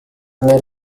may